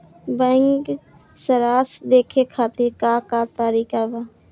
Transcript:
Bank सराश देखे खातिर का का तरीका बा?